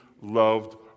loved